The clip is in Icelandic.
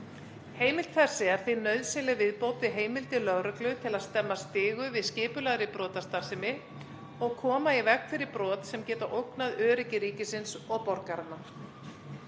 Heimild þessi er því nauðsynleg viðbót við heimildir lögreglu til að stemma stigu við skipulagðri brotastarfsemi og koma í veg fyrir brot sem geta ógnað öryggi ríkisins og borgaranna.